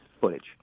footage